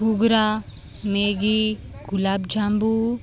ઘૂઘરા Maggi gulab જાંબુ